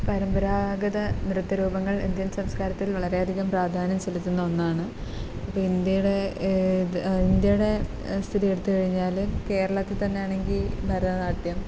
പരമ്പരാഗത നൃത്ത രൂപങ്ങൾ ഇന്ത്യൻ സംസ്കാരത്തിൽ വളരേയധികം പ്രാധാന്യം ചെലുത്തുന്ന ഒന്നാണ് ഇപ്പം ഇന്ത്യയുടെ ഇന്ത്യയുടെ സ്ഥിതി എടുത്തു കഴിഞ്ഞാൽ കേരളത്തിൽ തന്നെയാണെങ്കിൽ ഭാരതനാട്യം